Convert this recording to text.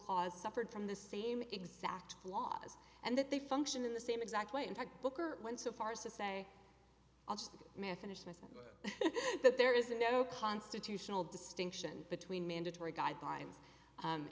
cause suffered from the same exact laws and that they function in the same exact way in fact booker when so far as to say i'm just the mechanism that there is no constitutional distinction between mandatory guidelines